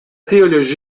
théologie